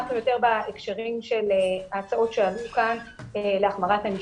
אנחנו יותר בהקשרים של ההצעות שעלו כאן להחמרת ענישה.